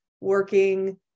working